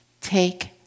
Take